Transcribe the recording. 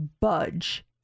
budge